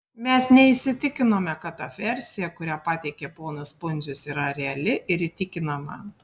mes neįsitikinome kad ta versija kurią pateikė ponas pundzius yra reali ir įtikinama